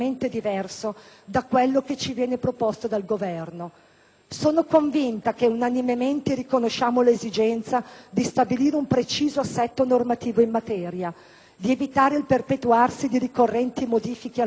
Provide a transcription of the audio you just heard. Sono convinta che unanimemente riconosciamo l'esigenza di stabilire un preciso assetto normativo in materia, di evitare il perpetuarsi di ricorrenti modifiche alla disciplina e di produrre un quadro legislativo stabile,